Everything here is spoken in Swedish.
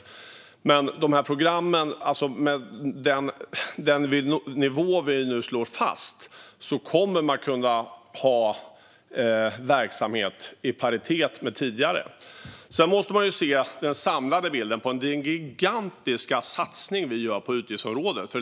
När det gäller programmen kommer man, med den nivå vi nu slår fast, att kunna ha verksamhet i paritet med den tidigare. Man måste se den samlade bilden. Vi gör en gigantisk satsning på utgiftsområdet.